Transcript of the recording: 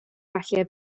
falle